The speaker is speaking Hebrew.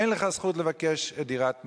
אין לך זכות לבקש דירת נ"ר.